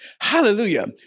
Hallelujah